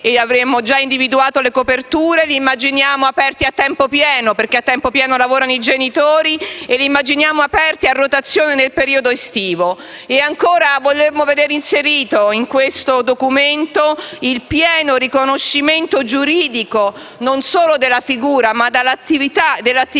e avremmo già individuato le coperture - e aperti a tempo pieno, perché a tempo pieno lavorano i genitori, e a rotazione nel periodo estivo. E ancora, vorremmo vedere inserito in questo Documento il pieno riconoscimento giuridico non solo della figura, ma anche dell'attività